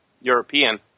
European